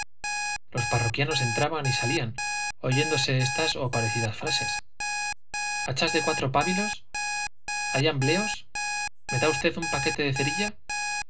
los parroquianos entraban y salían oyéndose estas ó parecidas frases ambleos me hachas de cuatro pábilos hay da usted un paquete de cerilla